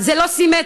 זה לא סימטרי.